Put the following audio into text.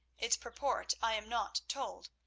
its purport i am not told,